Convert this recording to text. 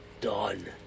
Done